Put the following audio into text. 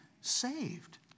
saved